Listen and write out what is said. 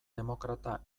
demokrata